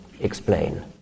explain